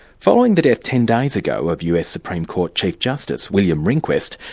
following the death ten days ago of us supreme court chief justice william rehnquist,